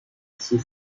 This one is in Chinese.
为期